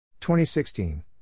2016